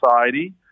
society